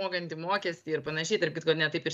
mokant mokestį ir panašiai tarp kitko ne taip ir